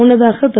முன்னதாக திரு